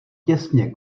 těsně